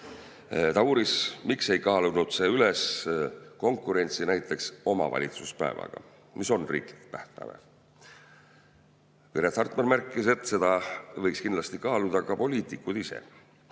Ta uuris, miks ei kaalunud see üles konkurentsi näiteks omavalitsuspäevaga, mis on riiklik tähtpäev. Piret Hartman märkis, et seda võiksid kindlasti kaaluda ka poliitikud ise.